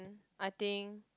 I think